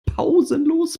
pausenlos